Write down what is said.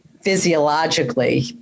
physiologically